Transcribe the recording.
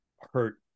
hurt